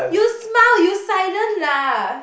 you smile you silent laugh